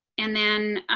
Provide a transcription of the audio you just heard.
and then,